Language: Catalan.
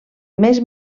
més